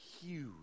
huge